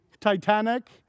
Titanic